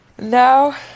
Now